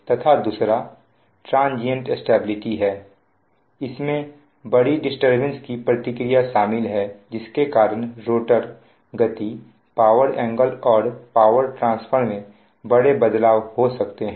तथा दूसरा transient stability है इसमें बड़ी डिस्टरबेंस की प्रतिक्रिया शामिल है जिसके कारण रोटर गति पावर एंगल और पावर ट्रांसफर में बड़े बदलाव हो सकते हैं